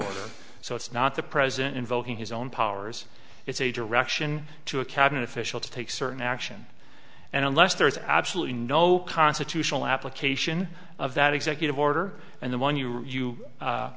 order so it's not the president invoking his own powers it's a direction to a cabinet official to take certain action and unless there is absolutely no constitutional application of that executive order and the one you you